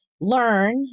learn